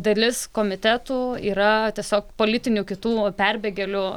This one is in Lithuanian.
dalis komitetų yra tiesiog politinių kitų perbėgėlių